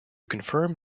confirm